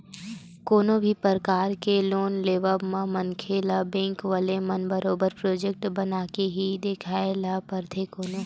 कोनो भी परकार के लोन के लेवब म मनखे ल बेंक वाले ल बरोबर प्रोजक्ट बनाके ही देखाये बर परथे कोनो